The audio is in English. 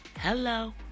Hello